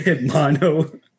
mono